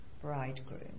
bridegroom